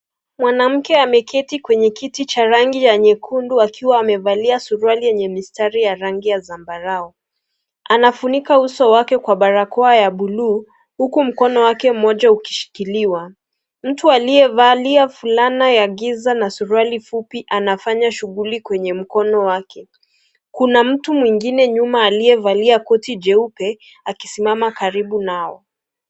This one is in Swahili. Mwanamke ameketi kwenye kiti cha nyekundu akiwa amevalia suruali yenye mistari ya rangi ya zambarau , anafunika uso wake kwa barakoa ya bluu huku mkono wake mmoja ukishikiliwa . Mtu aliyevalia fulana ya giza na suruali fupi anafanya shughuli kwenye mkono wake . Kuna mtu mwingine nyuma aliyevalia koti jeupe akisimama karibu nao.